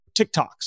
TikToks